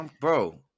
Bro